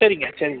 சரிங்க சரிங்க